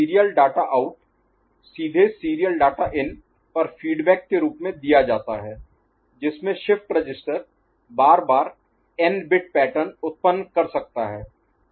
serial data out सीधे serial data in पर feedback के रूप में दिया जाता है जिसमें शिफ्ट रजिस्टर बार बार n बिट लंबे पैटर्न उत्पन्न कर सकता है